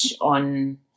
on